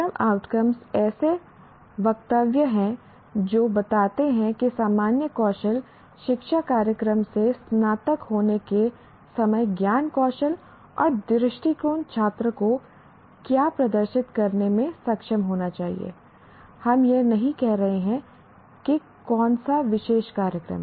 programme outcome ऐसे वक्तव्य हैं जो बताते हैं कि सामान्य कौशल शिक्षा कार्यक्रम से स्नातक होने के समय ज्ञान कौशल और दृष्टिकोण छात्र को क्या प्रदर्शित करने में सक्षम होना चाहिए हम यह नहीं कह रहे हैं कि कौन सा विशेष कार्यक्रम